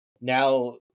now